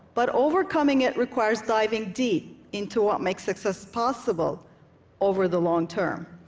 but overcoming it requires diving deep into what makes success possible over the long term.